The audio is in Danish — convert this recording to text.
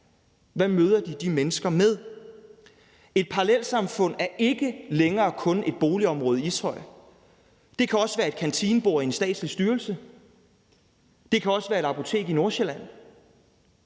Hvad møder de de mennesker med? Et parallelsamfund er ikke længere kun et boligområde i Ishøj. Det kan også være et kantinebord i en statslig styrelse. Det kan også være et apotek i Nordsjælland.